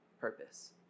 purpose